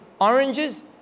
oranges